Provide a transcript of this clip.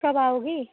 कब आओगी